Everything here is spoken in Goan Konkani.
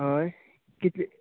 हय कितली